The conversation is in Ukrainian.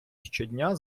щодня